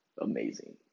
amazing